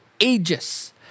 ages